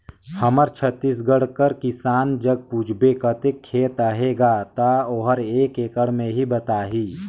हमर छत्तीसगढ़ कर किसान जग पूछबे कतेक खेत अहे गा, ता ओहर एकड़ में ही बताही